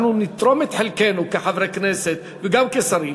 אנחנו נתרום את חלקנו כחברי הכנסת וגם כשרים,